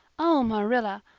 oh, marilla,